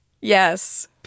yes